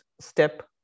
step